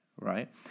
right